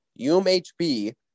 UMHB